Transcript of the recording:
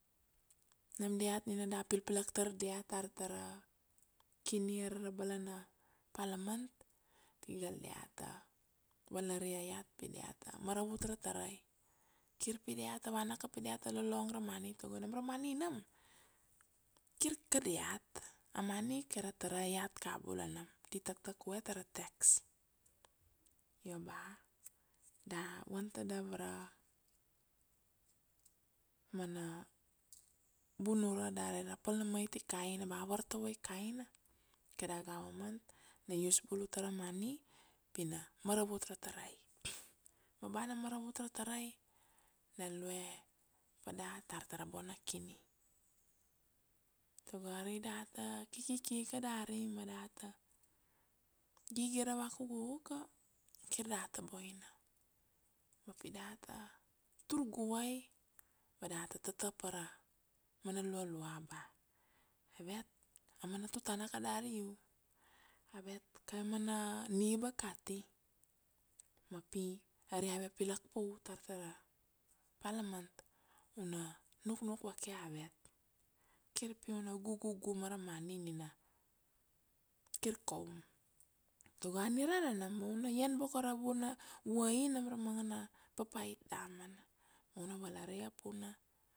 Nam diat nina da pilpilak tar diat tar ta ra kini ara ra balana parliament, pi gal diat ta valaria iat pi diat ta maravut ra tarai, kir pi dia ta vana ka pi dia ta lolong ra money tago nam ra money nam, kir ka diat, a money kai ra tarai iat kabula nam, di taktak vue ta ra tax. Io ba da van tadav ra mana bunura dari ra pal na mait i kaina ba a vartovo i kaina, kada government na use bulu ta ra money pi na maravut ra tarai. Ma ba na maravut ra tarai na lue pa dat tar ta ra bona kini, tago ari data kiki ika dari ma data gigira vakuku ka, kir data boina. Ma pi data tur guvai, ma data tata pa ra mana lualua ba avet a mana tutana ka dari u, avet kave mana niba akati, ma pi ari ave pilak pa u tar ta ra parliament, u na nuknuk vake avet, kir pi u na gugu ma ra money nina kir kaum, tago a nirara nam u na ian boko ra vuna, vuai nam ra manga na papait damana, ,ma u na valaria pu na